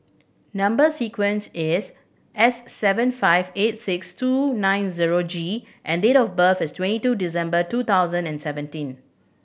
number sequence is S seven five eight six two nine zero G and date of birth is twenty two December two thousand and seventeen